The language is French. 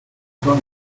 temps